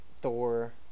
Thor